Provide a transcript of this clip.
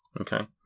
Okay